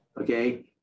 okay